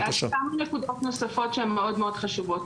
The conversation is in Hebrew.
כמה נקודות נוספות שהן מאוד חשובות: